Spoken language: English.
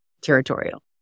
territorial